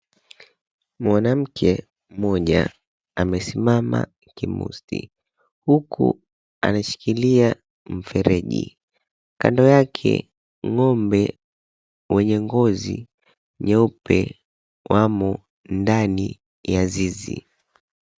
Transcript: Mwanamke mmoja amesimama kimusti huku ameshikilia mfereji. Kando yake ng'ombe wenye ngozi nyeupe wamo ndani ya zizi.